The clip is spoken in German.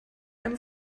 einem